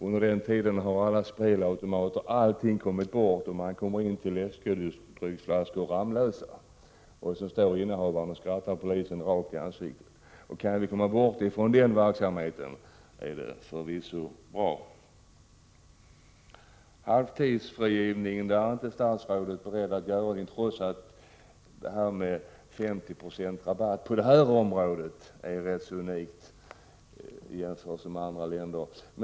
Under den tiden har alla spelautomater kommit bort, och polisen kommer in till läskedrycksflaskor och Ramlösa. Och så står innehavaren och skrattar polisen rakt i ansiktet. Kan vi slippa sådant är det förvisso bra. I fråga om halvtidsfrigivningen är statsrådet inte beredd att göra någonting, trots att 50 26 ”rabatt” på det här området är rätt så unikt, i jämförelse med andra länder.